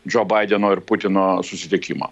džou baideno ir putino susitikimo